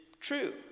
true